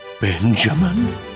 Benjamin